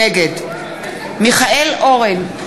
נגד מיכאל אורן,